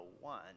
one